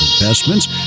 investments